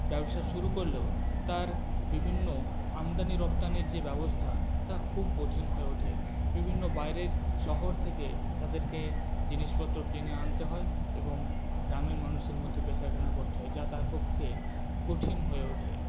ব্যবসা শুরু করলেও তার বিভিন্ন আমদানি রপ্তানির যে ব্যবস্থা তা খুব কঠিন হয়ে ওঠে বিভিন্ন বাইরের শহর থেকে তাদেরকে জিনিসপত্র কিনে আনতে হয় এবং গ্রামের মানুষের মধ্যে বেচাকেনা করতে হয় যা তার পক্ষে কঠিন হয়ে ওঠে